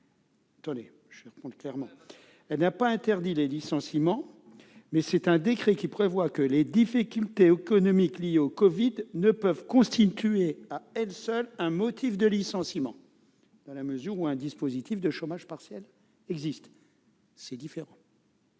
n'a pas interdit les licenciements. Un décret prévoit seulement que les difficultés économiques liées au Covid-19 ne peuvent constituer à elles seules un motif de licenciement dans la mesure où un dispositif de chômage partiel existe. C'est différent.